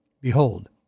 Behold